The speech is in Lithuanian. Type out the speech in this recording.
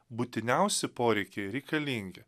būtiniausi poreikiai reikalingi